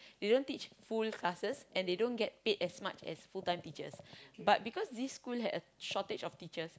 they don't teach full classes and they don't get paid as much as full-time teachers but because this school had a shortage of teachers